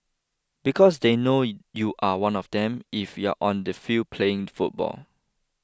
because they know you are one of them if you are on the field playing football